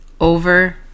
over